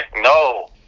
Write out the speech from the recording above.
No